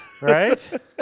Right